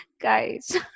guys